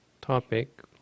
topic